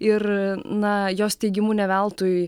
ir na jos teigimu ne veltui